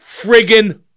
friggin